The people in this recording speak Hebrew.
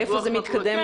איפה זה מתקדם.